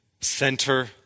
center